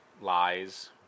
Lies